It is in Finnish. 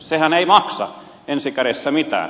sehän ei maksa ensi kädessä mitään